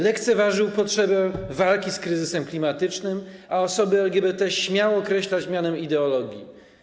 Lekceważył potrzebę walki z kryzysem klimatycznym, a osoby LGBT śmiał określać mianem ideologii.